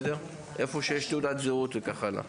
איפה שיש תעודת זהות וכן הלאה.